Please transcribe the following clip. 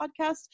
podcast